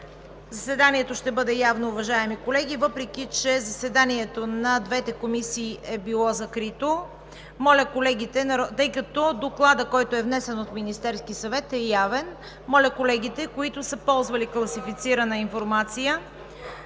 Заседанието ще бъде явно, уважаеми колеги, въпреки че заседанието на двете комисии е било закрито, тъй като Докладът, който е внесен от Министерския съвет, е явен. Моля колегите, които са ползвали класифицирана информация,